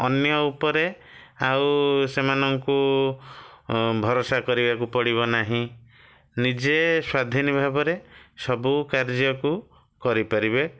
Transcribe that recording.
ଅନ୍ୟ ଉପରେ ଆଉ ସେମାନଙ୍କୁ ଭରସା କରିବାକୁ ପଡ଼ିବ ନାହିଁ ନିଜେ ସ୍ଵାଧୀନ ଭାବରେ ସବୁ କାର୍ଯ୍ୟକୁ କରିପାରିବେ